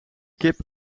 kip